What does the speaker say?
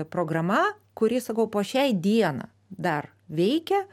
programa kuri sakau po šiai dieną dar veikia